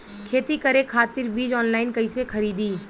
खेती करे खातिर बीज ऑनलाइन कइसे खरीदी?